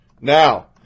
Now